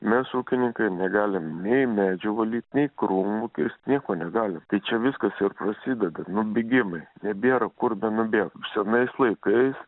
mes ūkininkai negalim nei medžių valyt nei krūmų kirst nieko negalim tai čia viskas ir prasideda nubėgimai nebėra kur benubėgt senais laikais